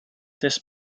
des